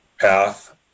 path